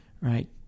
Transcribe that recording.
right